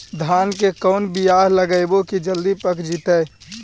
धान के कोन बियाह लगइबै की जल्दी पक जितै?